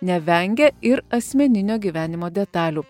nevengia ir asmeninio gyvenimo detalių